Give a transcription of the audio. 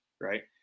right